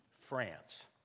FRANCE